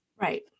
Right